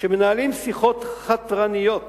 שמנהלים שיחות חתרניות